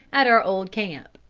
at our old camp.